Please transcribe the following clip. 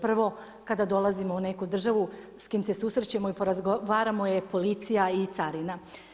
Prvo kada dolazimo u neku državu s kim se susrećemo i porazgovaramo je policija i carina.